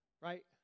Right